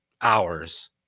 hours